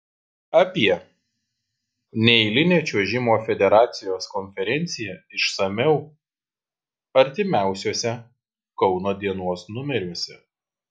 apie neeilinę čiuožimo federacijos konferenciją išsamiau artimiausiuose kauno dienos numeriuose